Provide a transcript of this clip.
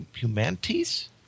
humanities